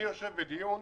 כשאני יושב בדיון,